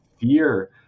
fear